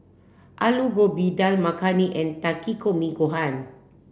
Alu Gobi Dal Makhani and Takikomi Gohan